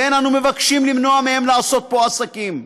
ואין אנו מבקשים למנוע מהם לעשות פה עסקים.